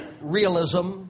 realism